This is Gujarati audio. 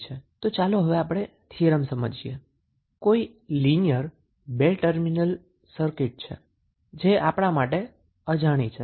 તો ચાલો હવે આપણે થીયરમ સમજીએ કોઈ લિનિયર બે ટર્મિનલ સર્કિટ છે જે આપણા માટે અજાણી છે